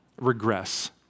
regress